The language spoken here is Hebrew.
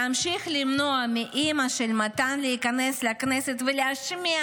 להמשיך למנוע מאימא של מתן להיכנס לכנסת ולהשמיע